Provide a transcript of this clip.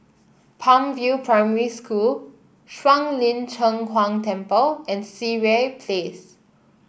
Palm View Primary School Shuang Lin Cheng Huang Temple and Sireh Place